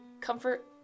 comfort